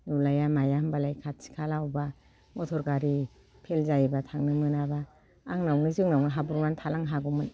नुलाया माया होनबालाय खाथि खाला बबेबा मटर गारि फेल जायोबा थांनो मोनाबा आंनावनो जोंनावनो हाबब्रबनानै थालांनो हागौमोन